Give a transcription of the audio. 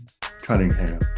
Cunningham